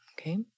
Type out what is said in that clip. okay